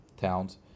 Towns